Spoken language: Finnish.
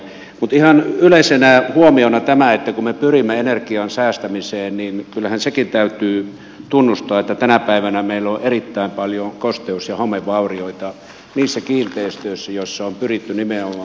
mutta ihan yleisenä huomiona tämä että kun me pyrimme energian säästämiseen niin kyllähän sekin täytyy tunnustaa että tänä päivänä meillä on erittäin paljon kosteus ja homevaurioita niissä kiinteistöissä joissa on pyritty nimenomaan energiansäästöön